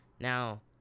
Now